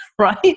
right